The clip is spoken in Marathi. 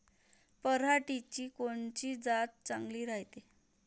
पऱ्हाटीची कोनची जात चांगली रायते?